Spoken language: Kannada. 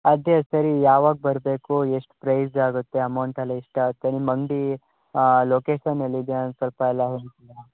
ಅದೆ ಸರಿ ಯಾವಾಗ ಬರಬೇಕು ಎಷ್ಟು ಪ್ರೈಝ್ ಆಗುತ್ತೆ ಅಮೌಂಟ್ ಎಲ್ಲ ಎಷ್ಟು ಆಗುತ್ತೆ ನಿಮ್ಮ ಅಂಗಡಿ ಲೊಕೇಶನ್ ಎಲ್ಲಿದೆ ಅದನ್ನು ಸ್ವಲ್ಪ ಎಲ್ಲ ಹೇಳ್ತಿರಾ